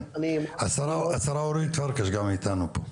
השרה אורית פרקש גם איתנו.